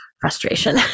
frustration